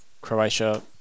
Croatia